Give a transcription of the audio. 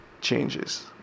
changes